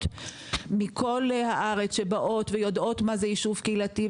מכל הארץ שבאות ויודעות מה זה יישוב קהילתי,